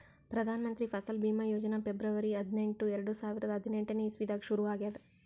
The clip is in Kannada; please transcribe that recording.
ಪ್ರದಾನ್ ಮಂತ್ರಿ ಫಸಲ್ ಭೀಮಾ ಯೋಜನಾ ಫೆಬ್ರುವರಿ ಹದಿನೆಂಟು, ಎರಡು ಸಾವಿರದಾ ಹದಿನೆಂಟನೇ ಇಸವಿದಾಗ್ ಶುರು ಆಗ್ಯಾದ್